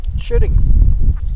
shooting